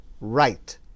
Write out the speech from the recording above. right